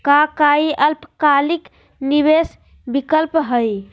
का काई अल्पकालिक निवेस विकल्प हई?